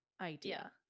idea